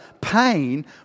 pain